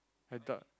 I thought